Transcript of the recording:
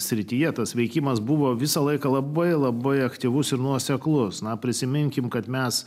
srityje tas veikimas buvo visą laiką labai labai aktyvus ir nuoseklus na prisiminkime kad mes